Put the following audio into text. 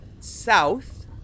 south